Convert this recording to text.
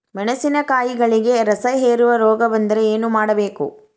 ಮೆಣಸಿನಕಾಯಿಗಳಿಗೆ ರಸಹೇರುವ ರೋಗ ಬಂದರೆ ಏನು ಮಾಡಬೇಕು?